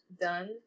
done